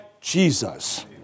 Jesus